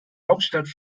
hauptstadt